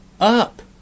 up